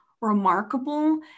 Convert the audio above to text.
remarkable